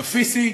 בפיזי,